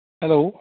hello